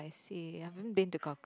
I see I haven't been to